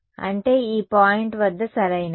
A అంటే ఈ point వద్ద సరైనది